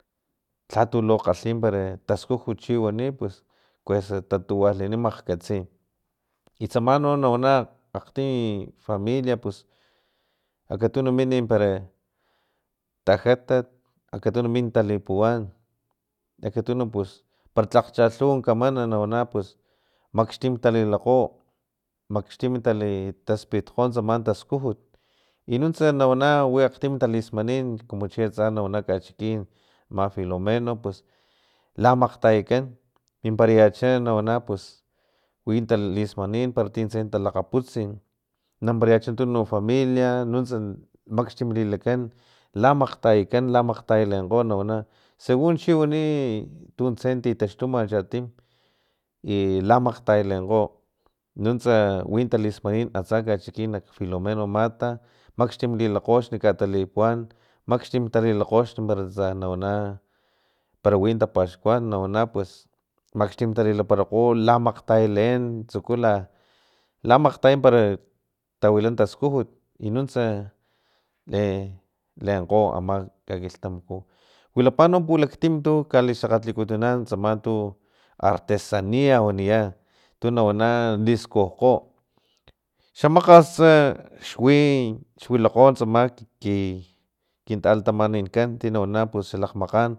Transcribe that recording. Lhatu lu kgalhi para taskujut para chi wani pus kuesa tatuwarlini makgkatsi i tsama no nawana akti familia pus akatunu min para tajatat akatunu mina talipuwan akatunu pus para tlak chalhuwa kaman nawana pus maxtim talilakgo maxtim tali taspitkgo tsama taskujut i nuntsa na wana wi aktim talismanin i comu chi atsa kachikin ama filomeno pus lamakgtayakan minparayacha nawana pus wi talismanin para tin tse talakgaputsin naminparayacha tununk familia nuntsa maxtim lilakan kamakgtayakan lamakgtayalenkan nawana segun chiwani tuntse titaxtuma chatim i lamakgtayalenkgo nuntsa wi talismanin atsa kachikin nak filomeno mata maxtim lilakgo lipuwan maxtim talilakgo axni para tsa kawau na para wi tapaxkuan pues maxtim talilaparakgo lamaktayalen tsuku la makgtaya para tawila taskujut i nuntsa le lenkgo ama kakilhtamaku wilapa no pulaktim tu kali xakgatlikutunan tsama tu artesanias waniya tu nawana liskujkgo xamakgas xwi xwilakgo tsama ki kintalatamanin na wana xalakgmakgan